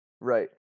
Right